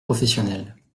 professionnels